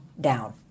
down